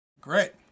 Great